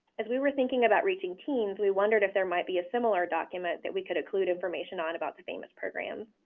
as we were thinking about reaching teens, we wondered if there might be a similar document that we could include information on about the famis programs.